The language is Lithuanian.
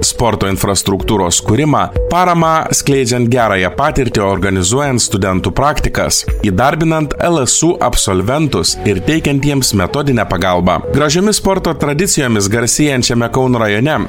sporto infrastruktūros kūrimą paramą skleidžiant gerąją patirtį organizuojant studentų praktikas įdarbinant lsu absolventus ir teikiant jiems metodinę pagalbą gražiomis sporto tradicijomis garsėjančiame kauno rajone